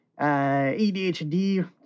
ADHD